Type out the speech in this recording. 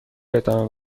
ادامه